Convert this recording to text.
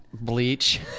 Bleach